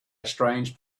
strange